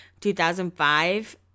2005